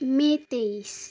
मे तेइस